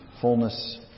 Fullness